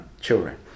children